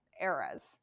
eras